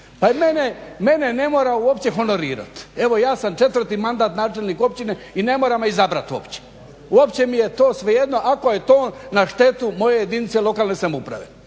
Pa mene ne mora uopće honorirati, evo ja sam četvrti mandat načelnik općine i ne mora me izabrati uopće, uopće mi je to svejedno ako je to na štetu moje jedinice lokalne samouprave,